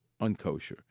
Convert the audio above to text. unkosher